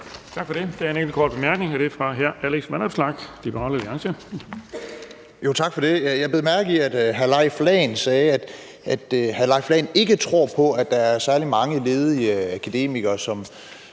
Tak for det. Der er en kort bemærkning fra hr. Alex Vanopslagh, Liberal Alliance.